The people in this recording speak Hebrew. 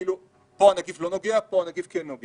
כאילו פה הנגיף לא נוגע ואילו פה הנגיף כן נוגע.